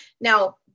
Now